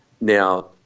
Now